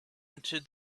into